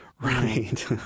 Right